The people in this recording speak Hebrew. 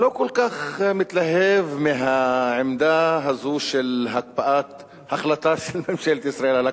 לא כל כך מתלהב מהעמדה הזו של החלטה של ממשלת ישראל על הקפאה,